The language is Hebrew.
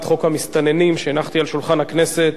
חוק המסתננים שהנחתי על שולחן הכנסת,